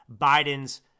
Biden's